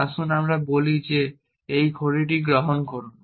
আসুন আমরা বলি যে এই ঘড়িটি গ্রহণ করুন